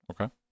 Okay